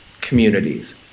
communities